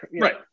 right